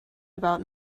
about